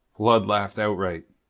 blood laughed outright.